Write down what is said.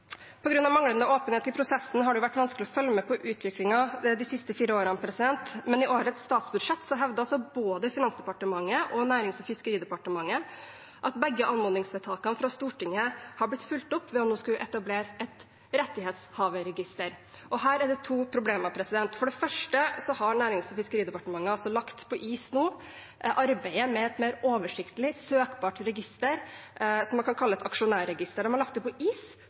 manglende åpenhet i prosessen har det vært vanskelig å følge med på utviklingen de siste fire årene, men i årets statsbudsjett hevder både Finansdepartementet og Nærings- og fiskeridepartementet at begge anmodningsvedtakene fra Stortinget har blitt fulgt opp ved at man nå skal etablere et rettighetshaverregister. Her er det to problemer. For det første har Nærings- og fiskeridepartementet nå lagt på is arbeidet med et mer oversiktlig søkbart register som man kan kalle et aksjonærregister – man har lagt det på is